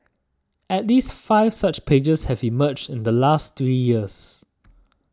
at least five such pages have emerged in the last three years